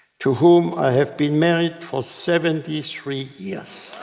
to whom i have been married for seventy three years.